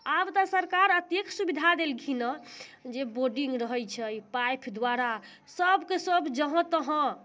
आब तऽ सरकार अतेक सुविधा देलखिनहँ जे बोर्डिंग रहै छै पाइप द्वारा सभके सभ जहाँ तहाँ